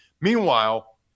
Meanwhile